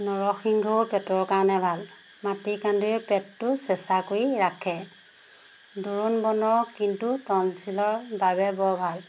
নৰসিংহও পেটৰ কাৰণে ভাল মাটি কান্দুৰীয়ে পেটটো চেচা কৰি ৰাখে দূৰুণ বনৰ কিন্তু টনচিলৰ বাবে বৰ ভাল